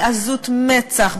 בעזות מצח,